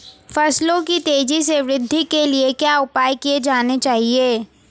फसलों की तेज़ी से वृद्धि के लिए क्या उपाय किए जाने चाहिए?